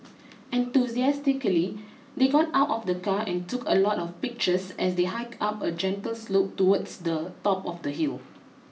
enthusiastically they got out of the car and took a lot of pictures as they hiked up a gentle slope towards the top of the hill